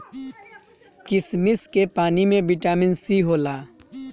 किशमिश के पानी में बिटामिन सी होला